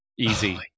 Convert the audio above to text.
easy